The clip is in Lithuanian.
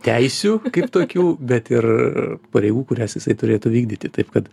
teisių kaip tokių bet ir pareigų kurias jisai turėtų vykdyti taip kad